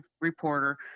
reporter